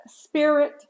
spirit